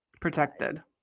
protected